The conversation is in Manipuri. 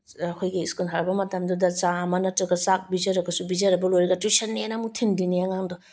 ꯑꯩꯈꯣꯏꯒꯤ ꯁ꯭ꯀꯨꯜ ꯍꯜꯂꯛꯄ ꯃꯇꯝꯗꯨꯗ ꯆꯥ ꯑꯃ ꯅꯠꯇ꯭ꯔꯒ ꯆꯥꯛ ꯄꯤꯖꯔꯒꯁꯨ ꯄꯤꯖꯔꯕ ꯂꯣꯏꯔꯒ ꯇ꯭ꯌꯨꯁꯟꯅꯦꯅ ꯑꯃꯨꯛ ꯊꯤꯟꯗꯣꯏꯅꯤ ꯑꯉꯥꯡꯗꯣ